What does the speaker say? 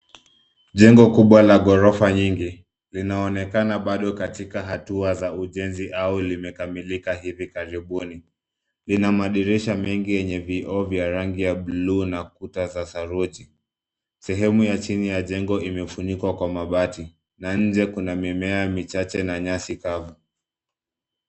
Jengo kubwa la ghorofa nyingi, linaonekana bado katika hatua za ujenzi au limekamilika hivi karibuni. Lina madirisha mengi yenye vioo vya rangi ya bluu na ukuta za saruji. Sehemu ya chini ya jengo imefunikwa kwa mabati na nje kuna mimea machache na nyasi kavu.